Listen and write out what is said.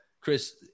Chris